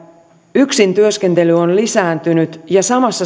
yksintyöskentely on lisääntynyt ja samassa